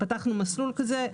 פתחנו מסלול כזה.